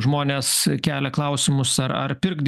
žmonės kelia klausimus ar ar pirkt